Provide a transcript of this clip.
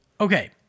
okay